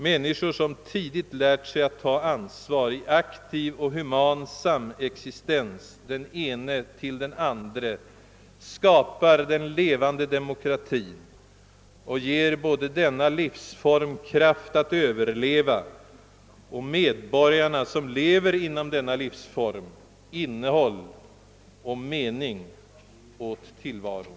Människor som tidigt lärt sig att ta ansvar i aktiv och human samexistens, den ene till den andre, skapar den levande demokratin och ger både denna livsform kraft att överleva och medborgarna, som lever inom denna livsform, innehåll och mening åt tillvaron.